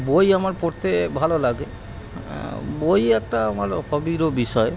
বই আমার পড়তে ভালো লাগে বই একটা ভালো হবিরও বিষয়